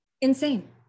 insane